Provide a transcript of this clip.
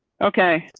okay,